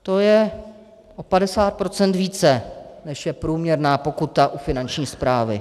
To je o 50 % více, než je průměrná pokuta u Finanční správy.